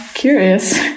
curious